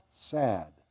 Sad